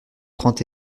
trente